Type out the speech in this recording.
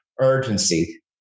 urgency